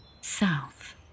South